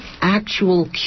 actual